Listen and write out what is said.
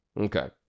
Okay